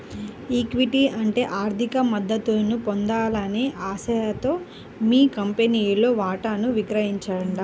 equity అంటే ఆర్థిక మద్దతును పొందాలనే ఆశతో మీ కంపెనీలో వాటాను విక్రయించడం